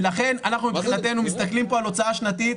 ולכן אנחנו מבחינתנו מסתכלים פה על הוצאה שנתית,